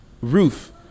roof